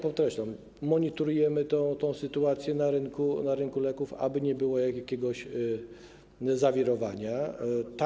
Podkreślam: monitorujemy sytuację na rynku leków, aby nie było jakiegoś zawirowania.